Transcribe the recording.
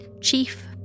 chief